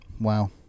Wow